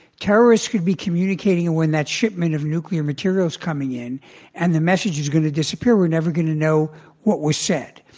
terrorists could be communicating on when that shipment of nuclear materials coming in and the message is going to disappear. we're never going to know what was said.